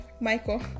Michael